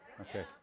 Okay